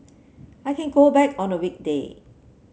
I can go back on a weekday